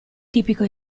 tipico